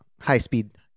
high-speed